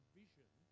vision